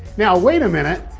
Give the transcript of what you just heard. now wait a minute,